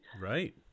Right